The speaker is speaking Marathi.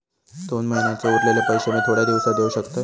दोन महिन्यांचे उरलेले पैशे मी थोड्या दिवसा देव शकतय?